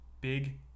Big